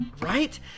Right